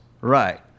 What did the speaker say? Right